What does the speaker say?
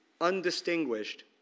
undistinguished